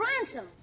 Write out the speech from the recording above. Ransom